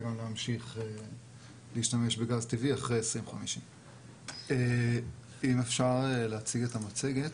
להמשיך להשתמש בגז טבעי אחרי 2050. אני ממשיך עם המצגת.